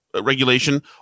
regulation